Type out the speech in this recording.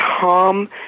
Tom